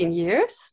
years